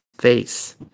face